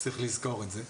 צריך לזכור את זה.